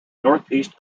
northeast